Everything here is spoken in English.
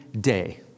day